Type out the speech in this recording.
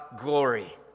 glory